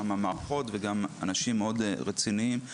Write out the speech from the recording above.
גם המערכות וגם אנשים מאוד רציניים.